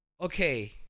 Okay